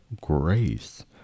grace